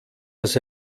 das